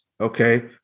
Okay